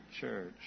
church